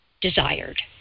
desired